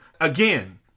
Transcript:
Again